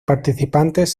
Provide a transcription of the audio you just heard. participantes